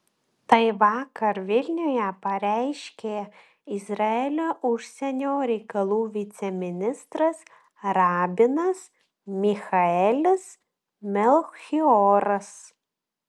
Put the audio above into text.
tai vakar vilniuje pareiškė izraelio užsienio reikalų viceministras rabinas michaelis melchioras